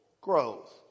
growth